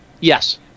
Yes